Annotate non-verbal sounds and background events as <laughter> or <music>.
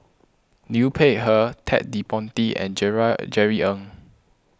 Liu Peihe Ted De Ponti and <unintelligible> Jerry Ng